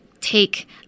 take